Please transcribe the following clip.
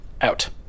Out